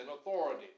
authority